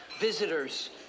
visitors